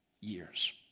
years